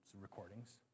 recordings